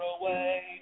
away